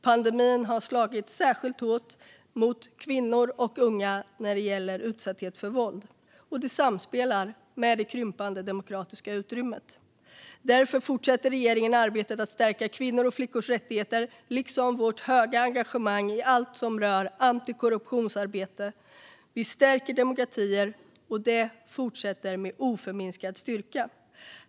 Pandemin har slagit särskilt hårt mot kvinnor och unga när det gäller utsatthet för våld, och det samspelar med det krympande demokratiska utrymmet. Därför fortsätter regeringen arbetet med att stärka kvinnors och flickors rättigheter liksom vårt starka engagemang i allt som rör antikorruptionsarbete och att stärka demokratier, och detta fortsätter med oförminskad styrka.